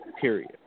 period